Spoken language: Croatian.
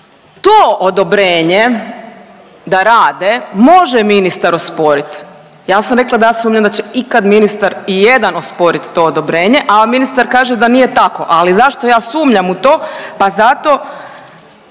To odobrenje da rade može ministar osporit, ja sam rekla da ja sumnjam da će ikad ministar ijedan osporit to odobrenje, a ministar kaže da nije tako. Ali zašto ja sumnjam u to? Pa zato